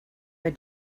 were